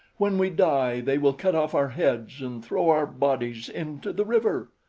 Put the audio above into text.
when we die, they will cut off our heads and throw our bodies into the river.